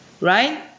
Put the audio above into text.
right